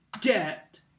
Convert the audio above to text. get